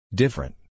Different